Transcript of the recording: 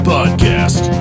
Podcast